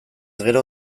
gero